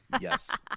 Yes